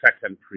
second